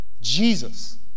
Jesus